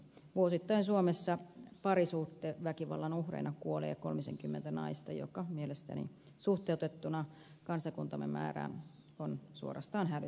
vuosittain suomessa parisuhdeväkivallan uhreina kuolee kolmisenkymmentä naista mikä mielestäni suhteutettuna kansakuntamme määrään on suorastaan hälyttävä luku